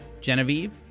Genevieve